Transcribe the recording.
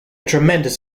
tremendous